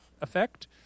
effect